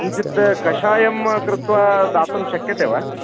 किञ्चित् कषायं कृत्वा दातुं शक्यते वा